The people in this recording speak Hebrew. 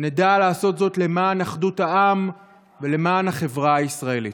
שנדע לעשות זאת למען אחדות העם ולמען החברה הישראלית.